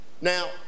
Now